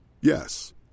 Yes